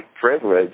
privilege